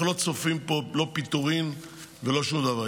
אנחנו לא צופים פה לא פיטורים ולא שום דבר.